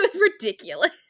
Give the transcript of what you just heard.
ridiculous